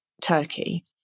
Turkey